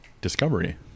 Discovery